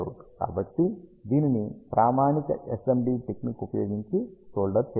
కాబట్టి దీనిని ప్రామాణిక SMD టెక్నిక్ ఉపయోగించి సోల్దర్ చేయవచ్చు